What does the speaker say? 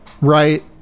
right